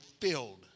filled